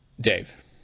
Dave